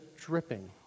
dripping